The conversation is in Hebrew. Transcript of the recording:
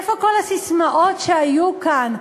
איפה כל הססמאות שהיו כאן?